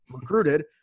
recruited